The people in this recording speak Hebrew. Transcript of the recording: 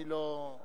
אני לא,